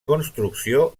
construcció